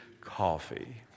coffee